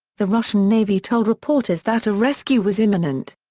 the russian navy told reporters that a rescue was imminent.